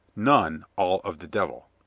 none all of the devil.